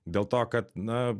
dėl to kad na